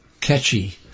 catchy